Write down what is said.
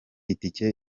itike